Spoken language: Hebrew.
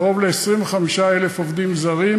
לקרוב ל-25,000 עובדים זרים.